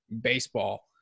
baseball